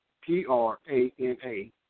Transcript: P-R-A-N-A